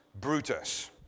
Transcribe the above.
Brutus